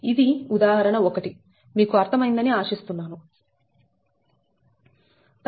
ఇది ఉదాహరణ 1 మీకు అర్థమైందని ఆశిస్తున్నాను